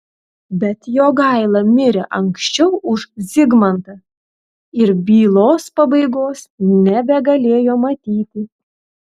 bet jogaila mirė anksčiau už zigmantą ir bylos pabaigos nebegalėjo matyti